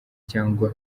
cyangwa